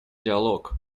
диалог